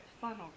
funnel